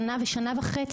של שנה ושל שנה וחצי,